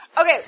Okay